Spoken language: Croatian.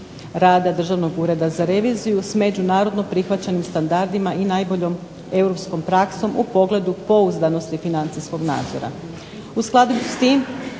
pravila Državnog ureda za reviziju s međunarodno prihvaćenim standardima i najboljom europskom praksom u pogledu pouzdanosti financijskog nadzora.